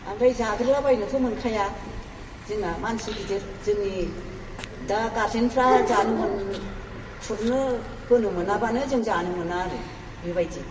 ओमफ्राय जाग्रोलाबायनोथ' मोनखाया जोंना मानसि गिदिर जोंनि दा गारजेनफ्रा जानो मोन खुरनो होनो मोनाबानो जों जानो मोना आरो बेबायदि